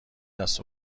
دست